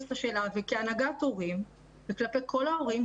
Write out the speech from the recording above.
כהנהגת הורים וכלפי כל ההורים,